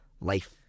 life